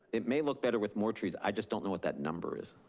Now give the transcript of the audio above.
it may look better with more trees, i just don't know what that number is.